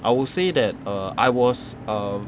I will say that err I was err